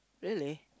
really